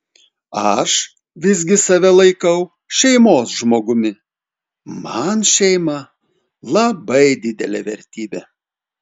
aš visgi save laikau šeimos žmogumi man šeima labai didelė vertybė